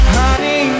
honey